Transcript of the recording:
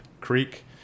creek